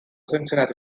cincinnati